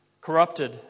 corrupted